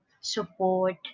support